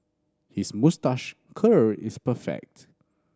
his moustache curl is perfect